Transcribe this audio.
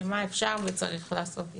ומה אפשר וצריך לעשות איתו.